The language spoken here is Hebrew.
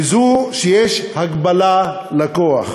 וזו שיש הגבלה לכוח.